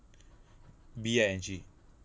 B I N G